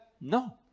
No